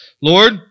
Lord